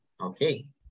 Okay